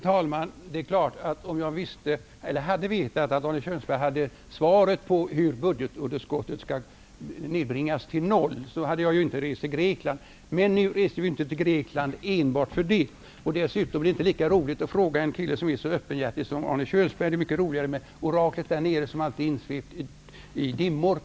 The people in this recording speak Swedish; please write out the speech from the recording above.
Herr talman! Om jag hade vetat att Arne Kjörnsberg hade svaret på hur budgetunderskottet skall nedbringas till noll, hade jag inte rest till Grekland. Men nu reste vi inte till Grekland enbart för det. Dessutom är det inte lika roligt att fråga någon som är så öppenhjärtig som Arne Kjörnsberg som att fråga oraklet där nere, alltid insvept i dimmor.